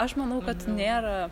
aš manau kad nėra